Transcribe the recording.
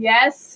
Yes